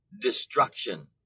destruction